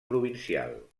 provincial